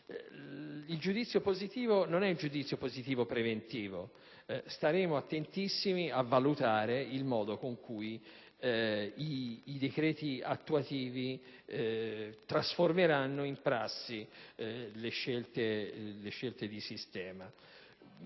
Il giudizio positivo non è un giudizio positivo preventivo. Saremo attentissimi a valutare il modo con cui i decreti attuativi trasformeranno in prassi le scelte di sistema.